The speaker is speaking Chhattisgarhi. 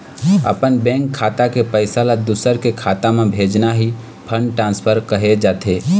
अपन बेंक खाता के पइसा ल दूसर के खाता म भेजना ही फंड ट्रांसफर कहे जाथे